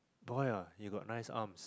boy ah you have nice arms